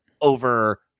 over